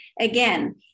again